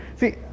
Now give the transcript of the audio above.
See